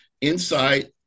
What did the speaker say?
inside